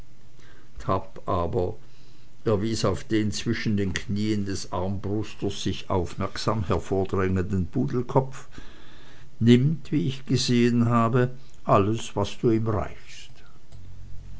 aber er wies auf den zwischen den knieen des armbrusters sich aufmerksam hervordrängenden pudelkopf nimmt wie ich gesehen habe alles was du ihm reichst